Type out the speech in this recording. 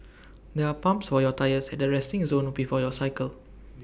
there are pumps for your tyres at the resting zone before you cycle